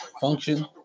function